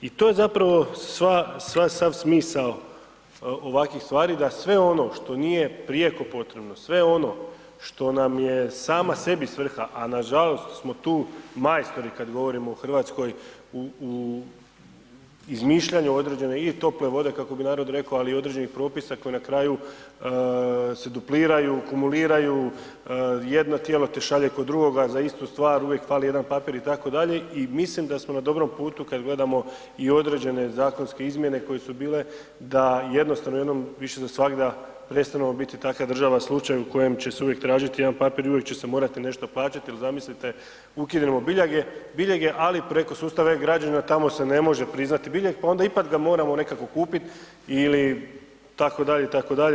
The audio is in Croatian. I to je zapravo sva, sav smisao ovakvih stvari, da sve ono što nije prijeko potrebno, sve ono što nam je sama sebi svrha, a nažalost smo tu majstori kad govorimo o Hrvatskoj u izmišljanju određene i tople vode, kako bi narod rekao, ali i određenih propisa koji na kraju se dupliraju, kumuliraju, jedno tijelo te šalje kod drugoga za istu stvar, uvijek fali jedan papir, itd. i mislim da smo na dobrom putu kad gledamo i određene zakonske izmjene koje su bile da jednostavno jednom više za svagda prestanemo biti takva država-slučaj u kojem će se uvijek tražiti jedan papir i uvijek će se morati nešto plaćati jer zamislite, ukinemo biljege, ali preko sustava e-građani, tamo se ne može priznati biljeg, pa onda ipak ga moramo nekako kupiti ili tako dalje, itd.